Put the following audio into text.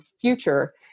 future